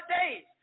days